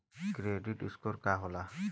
Credit score का होला?